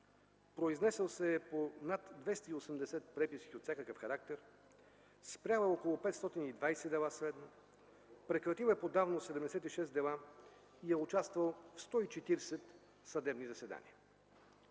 произнесъл се е по над 280 преписки от всякакъв характер, спрял е около 520 дела средно, прекратил е по давност 76 дела и е участвал в 140 съдебни заседания.